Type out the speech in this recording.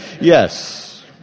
Yes